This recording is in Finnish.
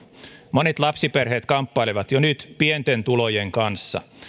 monet lapsiperheet kamppailevat jo nyt pienten tulojen kanssa